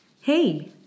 Hey